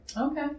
Okay